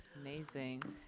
amazing.